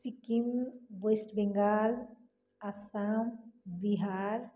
Sikkim west Bengal Assam Bihar